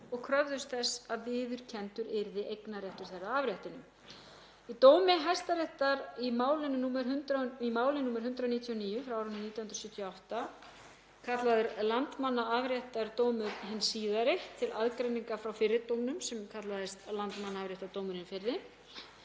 og kröfðust þess að viðurkenndur yrði eignarréttur þeirra á afréttunum. Í dómi Hæstaréttar í máli nr. 199 frá árinu 1978, kallaður Landmannaafréttardómur hinn síðari, til aðgreiningar frá fyrri dómnum sem kallaðist Landmannaafréttardómur hinn fyrri,